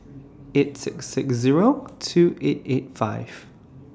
eight six six Zero two eight eight five